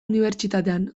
unibertsitatean